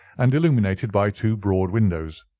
and illuminated by two broad windows.